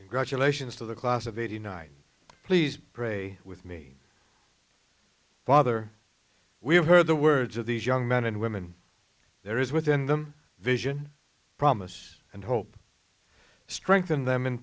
graduations to the class of eighty nine please pray with me father we have heard the words of these young men and women there is within them vision promise and hope strengthen them in